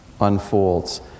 unfolds